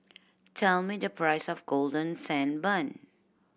tell me the price of Golden Sand Bun